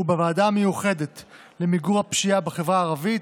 בוועדה המיוחדת למיגור הפשיעה בחברה הערבית,